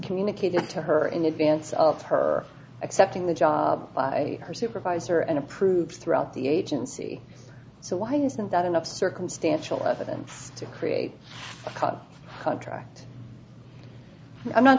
communicated to her in advance of her accepting the job by her supervisor and approved throughout the agency so why isn't that enough circumstantial evidence to create a cause hunter act i'm not